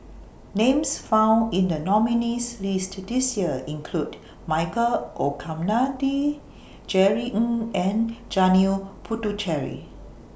Names found in The nominees' list This Year include Michael Olcomendy Jerry Ng and Janil Puthucheary